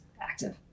active